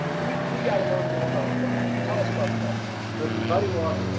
we we got to learn more about the buddy walk, tell us about the buddy walk. so the buddy walk,